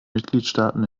mitgliedstaaten